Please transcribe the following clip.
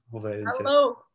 Hello